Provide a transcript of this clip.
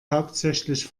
hauptsächlich